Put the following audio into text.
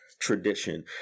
tradition